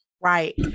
Right